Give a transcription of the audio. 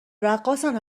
رقاصن